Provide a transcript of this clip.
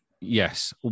yes